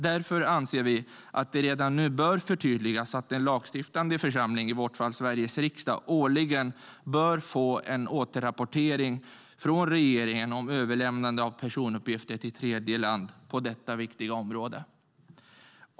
Därför anser vi att riksdagen redan nu bör förtydliga att en lagstiftande församling - i vårt fall Sveriges riksdag - årligen bör få en återrapportering från regeringen om överlämnande av personuppgifter till tredjeland på detta viktiga område.